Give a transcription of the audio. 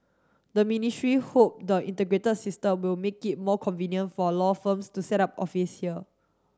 the ministry hope the integrated system will make it more convenient for law firms to set up office here